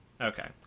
Okay